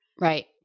Right